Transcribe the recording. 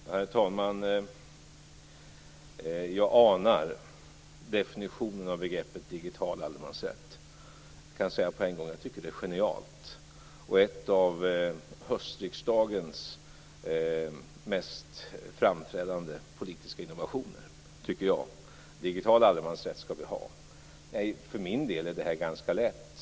Herr talman! Jag anar definitionen av begreppet digital allemansrätt. Jag kan på en gång säga att jag tycker att det är genialt. Det är ett av höstriksdagens mest framträdande politiska innovasioner, tycker jag. Digital allemansrätt skall vi ha. För min del är det här ganska lätt.